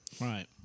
Right